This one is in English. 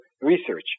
research